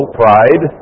pride